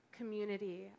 community